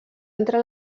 entre